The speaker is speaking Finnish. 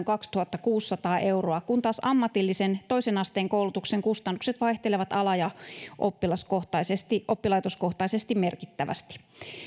kaksituhattakuusisataa euroa kun taas ammatillisen toisen asteen koulutuksen kustannukset vaihtelevat ala ja oppilaitoskohtaisesti oppilaitoskohtaisesti merkittävästi